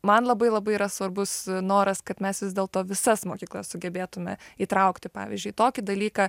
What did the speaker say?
man labai labai yra svarbus noras kad mes vis dėlto visas mokyklas sugebėtume įtraukti pavyzdžiui į tokį dalyką